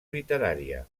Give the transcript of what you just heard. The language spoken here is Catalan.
literària